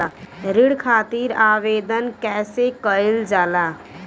ऋण खातिर आवेदन कैसे कयील जाला?